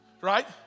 right